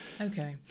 Okay